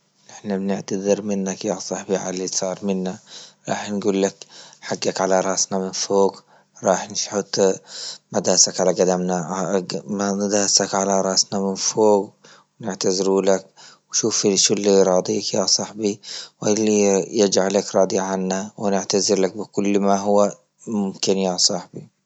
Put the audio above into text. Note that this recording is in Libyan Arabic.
أحنا بنعتزر منك يا صاحبي علي صار منا، راح نقولك حققك على راسنا من فوق، راح نشحت مداسك على راسنا من فوق ونعتزروا لك. و شوف شو اللي راضيك يا صاحبي ويلي يجعلك راضي عنا. ونعتزلك بكل ما هو مكتن يا صاحبي.